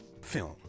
film